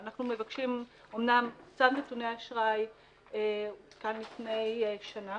אמנם צו נתוני אשראי הותקן לפני שנה